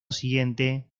siguiente